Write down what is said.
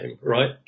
right